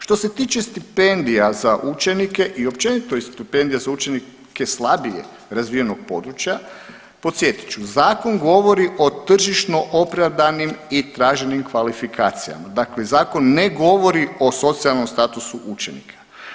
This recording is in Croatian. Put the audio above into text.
Što se tiče stipendija za učenike i općenito stipendija za učenike slabije razvijenog područja podsjetit ću zakon govori o tržišno opravdanim i traženim kvalifikacijama, dakle zakon ne govori o socijalnom statusu učenika.